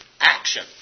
action